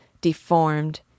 deformed